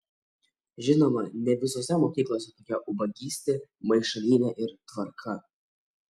žinoma ne visose mokyklose tokia ubagystė maišalynė ir tvarka